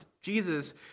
Jesus